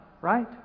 right